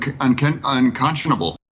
unconscionable